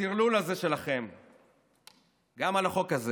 הטרלול הזה שלכם גם על החוק הזה